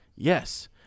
Yes